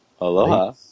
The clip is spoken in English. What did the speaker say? Aloha